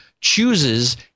chooses